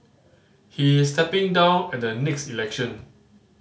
he's stepping down at the next election